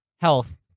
health